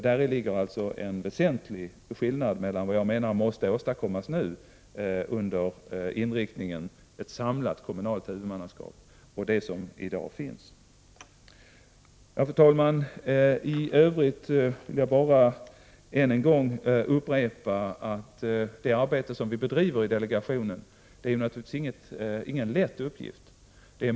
Däri ligger alltså en väsentlig skillnad mellan vad jag menar måste åstadkommas nu med inriktning på ett samlat kommunalt huvudmannaskap och det som i dag finns. Fru talman! I övrigt vill jag än en gång upprepa att det arbete som vi bedriver i delegationen naturligtvis inte är någon lätt uppgift.